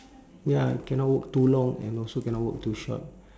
ya cannot work too long and also cannot work too short